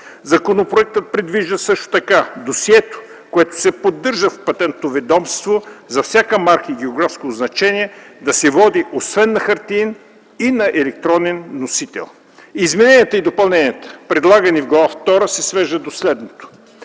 Законопроектът предвижда също така досието, което се поддържа в Патентното ведомство за всяка марка и географско означение, да се води освен на хартиен и на електронен носител. Измененията и допълненията, предлагани в Глава втора се свеждат до следното: